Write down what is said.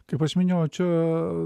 kaip aš minėjau čia